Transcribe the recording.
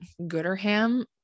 Gooderham